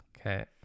Okay